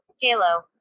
Kalo